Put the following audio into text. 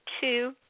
two